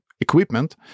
equipment